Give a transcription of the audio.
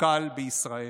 מפכ"ל בישראל.